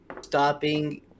stopping